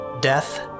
death